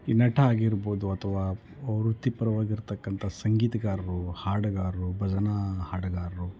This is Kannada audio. ಈ ನಟ ಆಗಿರ್ಬೋದು ಅಥವಾ ವೃತ್ತಿಪರವಾಗಿರತಕ್ಕಂತ ಸಂಗೀತಗಾರರು ಹಾಡಗಾರರು ಭಜನಾ ಹಾಡಗಾರರು